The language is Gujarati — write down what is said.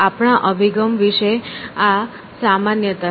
આપણા અભિગમ વિશે આ સામાન્યતા છે